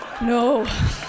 no